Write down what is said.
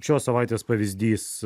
šios savaitės pavyzdys